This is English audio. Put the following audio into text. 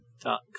Dot